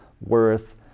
worth